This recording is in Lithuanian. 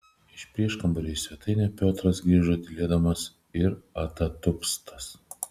iš prieškambario į svetainę piotras grįžo tylėdamas ir atatupstas